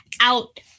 out